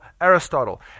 Aristotle